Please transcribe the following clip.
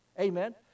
amen